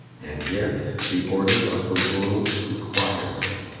and yet the order of the world requires it.